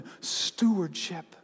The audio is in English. stewardship